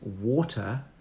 water